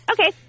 Okay